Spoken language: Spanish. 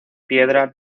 piedra